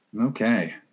Okay